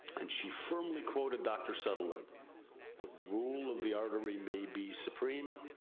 and, she firmly quoted dr. sutherland the rule of the artery may be supreme,